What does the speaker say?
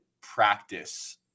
practice